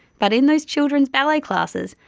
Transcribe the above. but in those childrens' ballet classes,